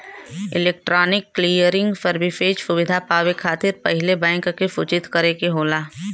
electronic clearing services सुविधा पावे खातिर पहिले बैंक के सूचित करे के होला